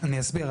אני אסביר.